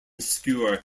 skewer